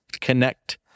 connect